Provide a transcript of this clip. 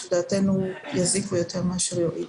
שלדעתנו יזיקו יותר מאשר יועילו.